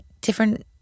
different